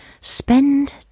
Spend